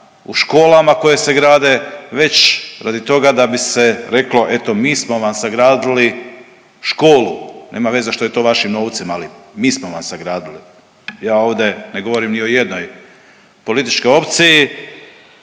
u školama koje se grade već radi toga da bi se reklo eto mi smo vam sagradili školu. Nema veze što je to vašim novcem, ali mi smo vam sagradili. Ja ovdje ne govorim ni o jednoj političkoj opciji,